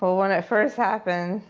but when it first happened,